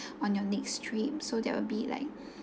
on your next trip so there will be like